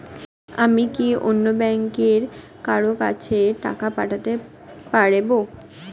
আমি কি অন্য ব্যাংকের কারো কাছে টাকা পাঠাতে পারেব?